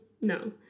no